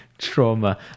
trauma